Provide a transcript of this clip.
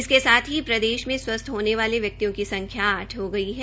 इसके साथ ही प्रदेश में स्वस्थ होने वाले व्यक्तियों की संख्या आठ हो गई है